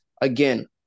again